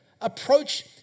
approach